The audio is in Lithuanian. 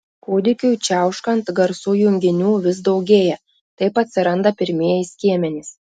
kūdikiui čiauškant garsų junginių vis daugėja taip atsiranda pirmieji skiemenys